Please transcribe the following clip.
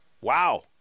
Wow